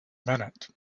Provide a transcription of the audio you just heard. minute